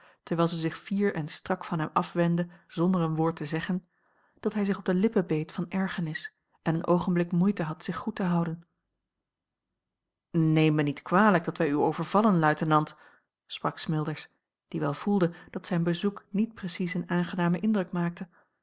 terwijl zij zich fier en strak van hem afwendde zonder een woord te zeggen dat hij zich op de lippen beet van ergernis en een oogenblik moeite had zich goed te houden neem mij niet kwalijk dat wij u overvallen luitenant sprak smilders die wel voelde dat zijn bezoek niet precies een aangenamen indruk maakte